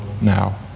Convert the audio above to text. now